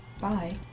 Bye